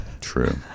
true